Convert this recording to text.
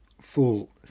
full